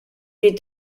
est